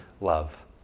love